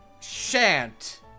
shan't